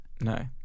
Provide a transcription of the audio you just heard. no